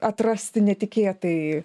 atrasti netikėtai